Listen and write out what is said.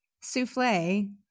souffle